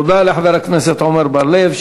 תודה לחבר הכנסת עמר בר-לב.